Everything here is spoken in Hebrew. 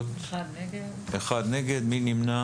1. מי נמנע?